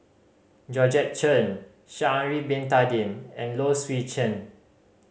Georgette Chen Sha'ari Bin Tadin and Low Swee Chen